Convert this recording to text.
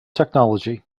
technology